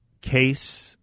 case